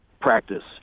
practice